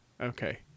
Okay